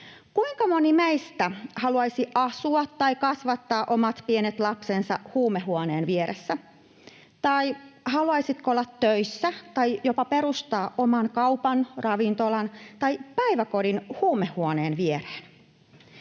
Kuinka moni meistä haluaisi asua tai kasvattaa omat pienet lapsensa huumehuoneen vieressä? Tai haluaisitko olla töissä tai jopa perustaa oman kaupan, ravintolan tai päiväkodin huumehuoneen viereen?